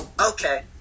okay